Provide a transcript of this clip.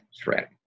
threat